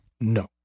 No